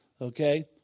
Okay